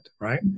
right